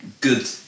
good